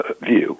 view